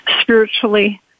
spiritually